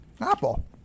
Apple